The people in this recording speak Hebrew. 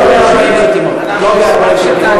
לא ב-40 חתימות.